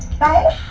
fight